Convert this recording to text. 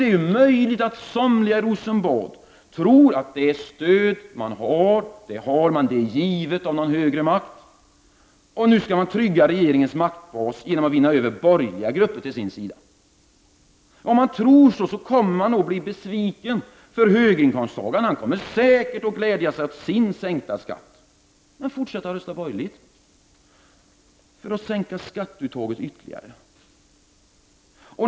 Det är möjligt att somliga i Rosenbad tror att det stöd man har är givet av någon högre makt, och nu skall man trygga regeringens maktbas genom att vinna över borgerliga grupper till sin sida. Om man tror så kommer man att bli besviken. Höginkomsttagarna kommer säkert att glädja sig åt sin sänkta skatt, men fortsätta att rösta borgerligt för att sänka skatteuttaget ytterligare.